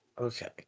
Okay